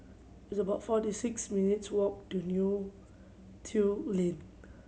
it's about forty six minutes' walk to Neo Tiew Lane